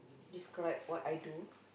describe what I do